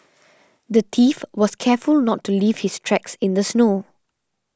the thief was careful not to leave his tracks in the snow